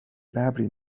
ببری